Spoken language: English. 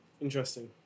Interesting